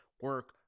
Work